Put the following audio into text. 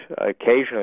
occasionally